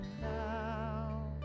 now